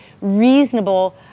reasonable